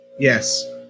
Yes